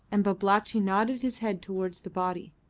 and babalatchi nodded his head towards the body.